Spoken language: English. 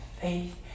faith